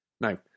Now